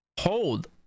hold